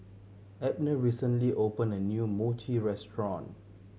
Abner recently opened a new Mochi restaurant